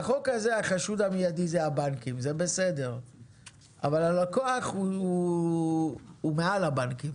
בחוק הזה החשוד המיידי אלה הם הבנקים אבל הלקוח הוא מעל הבנקים.